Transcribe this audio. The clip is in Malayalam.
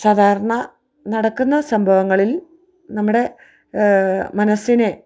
സാധാരണ നടക്കുന്ന സംഭവങ്ങളിൽ നമ്മുടെ മനസ്സിനെ